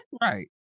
Right